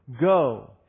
go